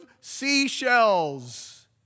seashells